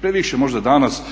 Previše možda danas